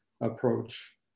approach